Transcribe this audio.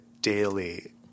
daily